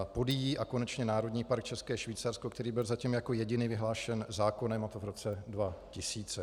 Podyjí a konečně Národní park České Švýcarsko, který byl zatím jako jediný vyhlášen zákonem, a to v roce 2000.